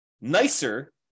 nicer